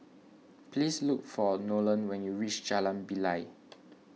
please look for Nolan when you reach Jalan Bilal